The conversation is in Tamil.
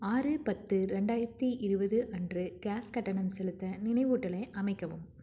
ஆறு பத்து ரெண்டாயிரத்தி இருபது அன்று கேஸ் கட்டணம் செலுத்த நினைவூட்டலை அமைக்கவும்